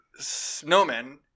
snowmen